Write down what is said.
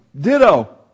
ditto